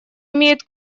имеют